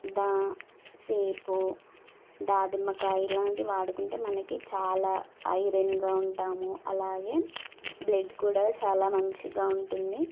దా సేబ్ దానిమ్మకాయ ఇలాంటి వాడుకుంటే మనకి చాలా ఐరన్గా ఉంటాము అలాగే బ్లడ్ కూడా చాలా మంచిగా ఉంటుంది